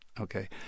Okay